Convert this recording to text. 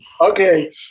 Okay